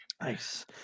Nice